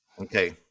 Okay